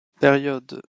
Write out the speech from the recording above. période